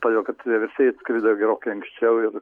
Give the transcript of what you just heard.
todėl kad vieversiai atskrido gerokai anksčiau ir